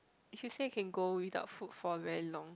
if you say you can go without food for a very long